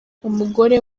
umugore